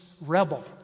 rebel